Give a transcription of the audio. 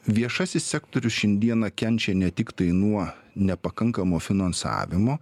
viešasis sektorius šiandieną kenčia ne tiktai nuo nepakankamo finansavimo